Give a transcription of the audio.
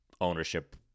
ownership